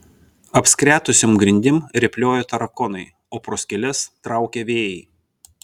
apskretusiom grindim rėpliojo tarakonai o pro skyles traukė vėjai